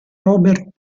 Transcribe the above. robert